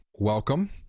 welcome